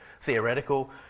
theoretical